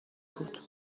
بود